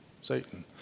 Satan